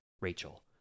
Rachel